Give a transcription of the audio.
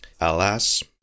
Alas